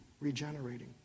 Regenerating